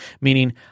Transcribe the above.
Meaning